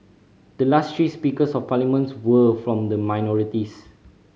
the last three Speakers of Parliament were from the minorities